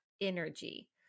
energy